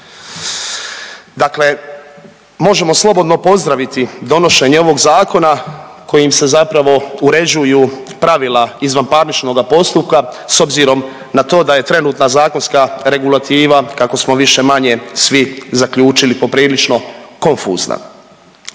Dakle možemo slobodno pozdraviti donošenje ovog Zakona kojim se zapravo uređuju pravila izvanparničnoga postupka s obzirom na to da je trenutna zakonska regulativa, kako smo više-manje svi zaključili, poprilično konfuzna.